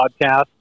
podcast